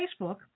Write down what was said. Facebook